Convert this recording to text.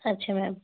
ਅੱਛਾ ਮੈਮ